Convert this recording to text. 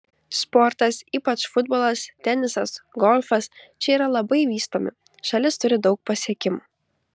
sportas ypač futbolas tenisas golfas čia yra labai vystomi šalis turi daug pasiekimų